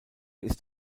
ist